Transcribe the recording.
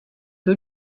que